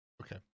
Okay